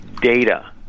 Data